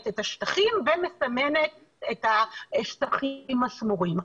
את השטחים ומסמנת את השטחים השמורים.